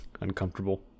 uncomfortable